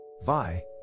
vi